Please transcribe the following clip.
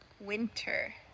Winter